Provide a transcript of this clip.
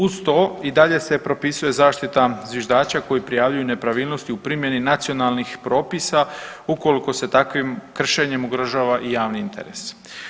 Uz to i dalje se propisuje zaštita zviždača koji prijavljuju nepravilnosti u primjeni nacionalnih propisa ukoliko se takvim kršenjem ugrožava i javni interes.